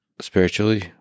spiritually